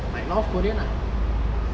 like north korea lah